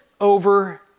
over